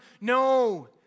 no